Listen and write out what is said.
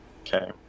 okay